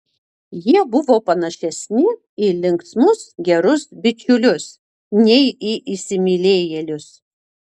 jie buvo panašesni į linksmus gerus bičiulius nei į įsimylėjėlius